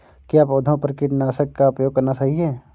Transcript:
क्या पौधों पर कीटनाशक का उपयोग करना सही है?